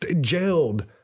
jailed